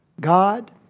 God